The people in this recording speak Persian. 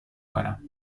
کنم